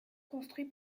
construit